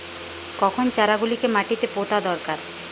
কখন চারা গুলিকে মাটিতে পোঁতা দরকার?